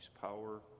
power